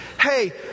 Hey